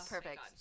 Perfect